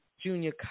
Junior